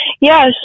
Yes